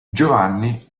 giovanni